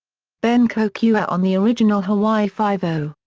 ben kokua on the original hawaii five-o.